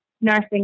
Nursing